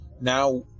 Now